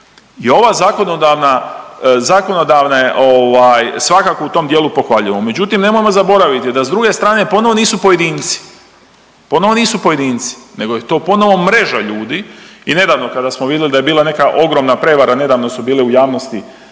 zakonodavne ovaj svakako u tom dijelu pohvaljujemo. Međutim, nemojmo zaboraviti da s druge strane ponovo nisu pojedinci, ponovo nisu pojedinci nego je to ponovo mreža ljudi i nedavno kada smo vidli da je bila neka ogromna prevara, nedavno su bile u javnosti